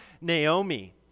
Naomi